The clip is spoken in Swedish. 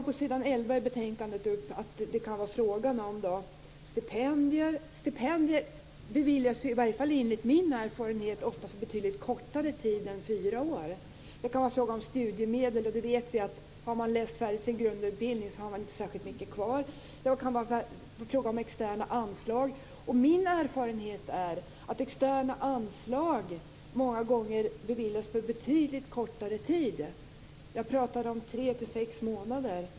På s. 11 i betänkandet skriver man att det kan vara fråga om stipendier. Stipendier beviljas i varje fall enligt min erfarenhet ofta för betydligt kortare tid än fyra år. Det kan vara fråga om studiemedel, skriver man. Vi vet att har man läst färdigt sin grundutbildning har man inte särskilt mycket kvar. Det kan vidare bli fråga om externa anslag. Min erfarenhet är att externa anslag många gånger beviljas för betydligt kortare tid, tre till sex månader.